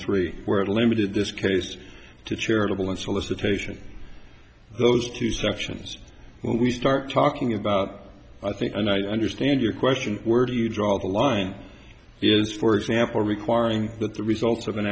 three where it limited this case to charitable and solicitation those two sections we start talking about i think and i understand your question where do you draw the line is for example requiring that the results of an